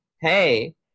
hey